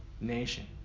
nation